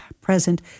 present